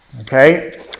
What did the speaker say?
Okay